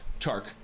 Chark